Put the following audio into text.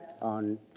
on